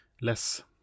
less